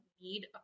need